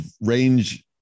range